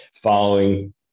following